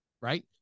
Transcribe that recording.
right